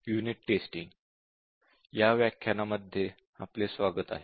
unit testing या व्याख्यानामध्ये आपले स्वागत आहे